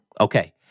Okay